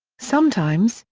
sometimes,